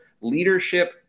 leadership